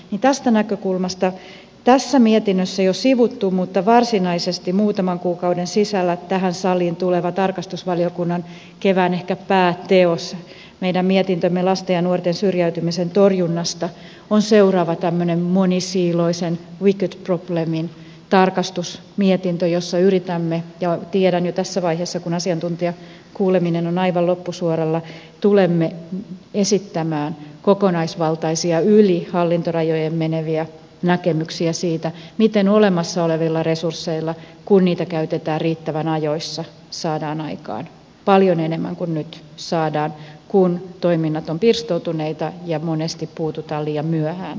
tästä näkökulmasta tässä mietinnössä jo sivuttu mutta varsinaisesti muutaman kuukauden sisällä tähän saliin tuleva tarkastusvaliokunnan kevään ehkä pääteos meidän mietintömme lasten ja nuorten syrjäytymisen torjunnasta on seuraava tämmöinen monisiiloisen wicked problemin tarkastusmietintö jossa yritämme esittää ja tiedän jo tässä vaiheessa kun asiantuntijakuuleminen on aivan loppusuoralla että tulemme esittämään kokonaisvaltaisia yli hallintorajojen meneviä näkemyksiä siitä miten olemassa olevilla resursseilla kun niitä käytetään riittävän ajoissa saadaan aikaan paljon enemmän kuin nyt saadaan kun toiminnat ovat pirstoutuneita ja monesti puututaan liian myöhään asioihin